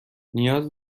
نیاز